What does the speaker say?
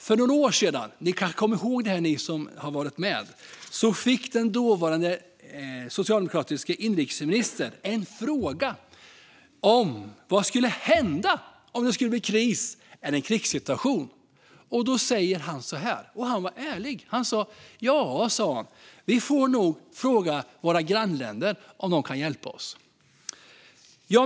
För några år sedan - ni som har varit med ett tag kanske kommer ihåg det - fick den dåvarande socialdemokratiske inrikesministern frågan vad som skulle hända om det skulle bli en kris eller krigssituation. Han var ärlig och svarade: Vi får nog fråga våra grannländer om de kan hjälpa oss.